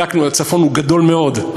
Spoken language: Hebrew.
הצפון הוא גדול מאוד,